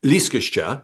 lįsk iš čia